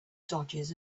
dodges